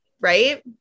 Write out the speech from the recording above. right